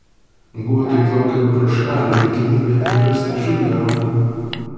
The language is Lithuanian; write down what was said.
guotui plaukiant pro šalį tikimybė ten rasti žuvį auga